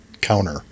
counter